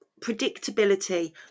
predictability